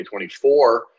2024